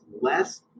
less